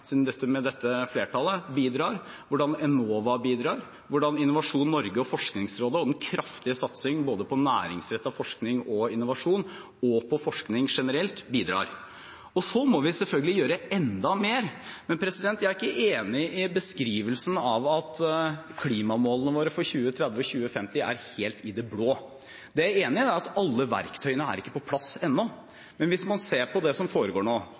med dette flertallet, bidrar, hvordan Enova bidrar, og hvordan Innovasjon Norge og Forskningsrådet og den kraftige satsingen både på næringsrettet forskning og innovasjon og på forskning generelt bidrar. Så må vi selvfølgelig gjøre enda mer. Men jeg er ikke enig i beskrivelsen av at klimamålene våre for 2030 og 2050 er helt i det blå. Det jeg er enig i, er at alle verktøyene ennå ikke er på plass. Men hvis man ser på det som foregår nå,